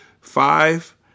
Five